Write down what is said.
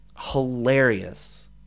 hilarious